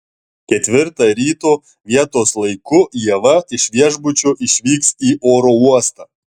ketvirtą ryto vietos laiku ieva iš viešbučio išvyks į oro uostą